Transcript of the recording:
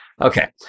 Okay